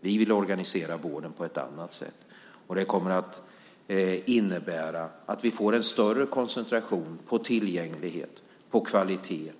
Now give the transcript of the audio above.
Vi vill organisera vården på ett annat sätt. Det kommer att innebära att vi får en större koncentration på tillgänglighet och kvalitet.